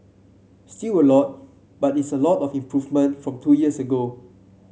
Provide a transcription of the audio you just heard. still a lot but it's a lot of improvement from two years ago